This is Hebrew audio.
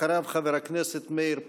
אחריו, חבר הכנסת מאיר פרוש.